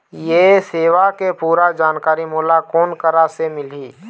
ये सेवा के पूरा जानकारी मोला कोन करा से मिलही?